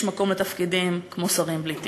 יש מקום לתפקידים כמו שרים בלי תיק.